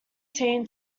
team